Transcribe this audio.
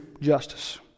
justice